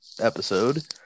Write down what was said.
episode